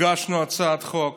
הגשנו הצעת חוק